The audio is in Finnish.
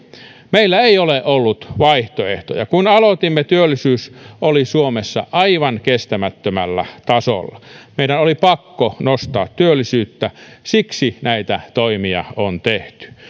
meillä ei ole ollut vaihtoehtoja kun aloitimme työllisyys oli suomessa aivan kestämättömällä tasolla meidän oli pakko nostaa työllisyyttä siksi näitä toimia on tehty